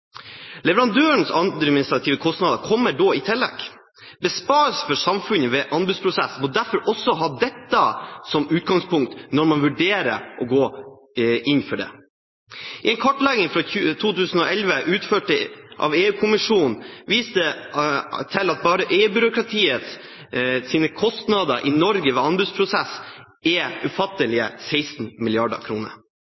Leverandørens administrative kostnader kommer da i tillegg. Besparelsen for samfunnet ved anbudsprosessen må derfor også ha dette som utgangspunkt når man vurderer å gå inn for det. En kartlegging fra 2011 utført av EU-kommisjonen, viste til at bare EU-byråkratiets kostnader i Norge ved anbudsprosess er ufattelige